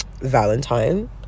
valentine